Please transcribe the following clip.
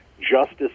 Justice